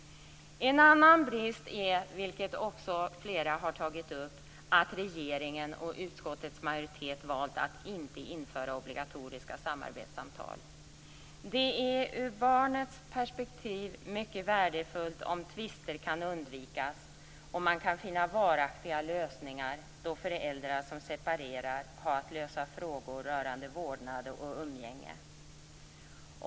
En annan brist är - vilket också flera här har tagit upp - att regeringen och utskottets majoritet valt att inte införa obligatoriska samarbetssamtal. Det är ur barnets perspektiv mycket värdefullt om tvister kan undvikas och man kan finna varaktiga lösningar då föräldrar som separerar har att lösa frågor rörande vårdnad och umgänge.